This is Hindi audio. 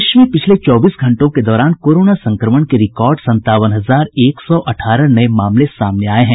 देश में पिछले चौबीस घंटों के दौरान कोरोना संक्रमण के रिकॉर्ड संतावन हजार एक सौ अठारह नये मामले सामने आये हैं